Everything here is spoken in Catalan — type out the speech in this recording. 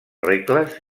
regles